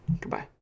Goodbye